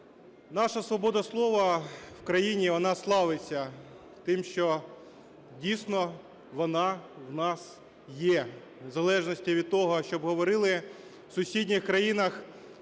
Наша свобода слова в країні, вона славиться тим, що, дійсно, вона в нас є, в незалежності від того, що б говорили. В сусідніх країнах